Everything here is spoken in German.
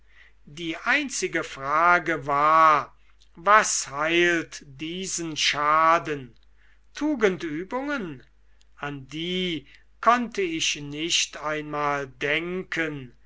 die einzige frage war was heilt diesen schaden tugendübungen an die konnte ich nicht einmal denken